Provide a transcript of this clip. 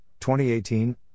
2018